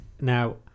Now